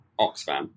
Oxfam